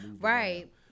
right